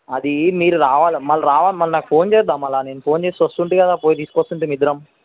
అది మీరు రావాల మళ్ళా రావాల మరల ఫోన్ చేయద్దా మరల నేను ఫోన్ చేస్తే వస్తు ఉంటి కదా పోయి తీసుకు వస్తు ఉంటిమి ఇద్దరం